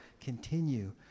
continue